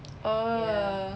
oh